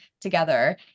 together